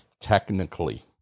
technically